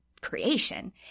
creation